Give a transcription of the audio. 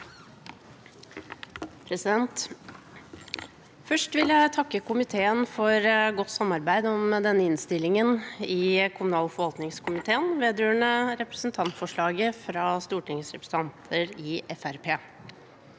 Først vil jeg takke komiteen for godt samarbeid om denne innstillingen i kommunal- og forvaltningskomiteen vedrørende representantforslaget fra stortingsrepresentanter i